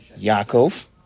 Yaakov